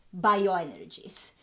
bioenergies